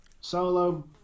Solo